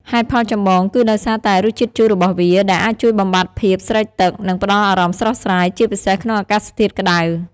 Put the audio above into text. ហេតុផលចម្បង គឺដោយសារតែ រសជាតិជូរ របស់វា ដែលអាចជួយបំបាត់ភាពស្រេកទឹក និងផ្តល់អារម្មណ៍ស្រស់ស្រាយ ជាពិសេសក្នុងអាកាសធាតុក្តៅ។